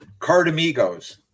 Cardamigos